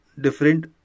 different